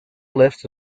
list